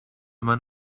man